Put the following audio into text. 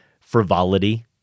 frivolity